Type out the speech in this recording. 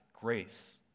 grace